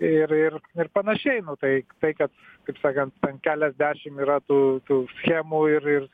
ir ir ir panašiai nu tai tai kad kaip sakant ten keliasdešim yra tų tų schemų ir ir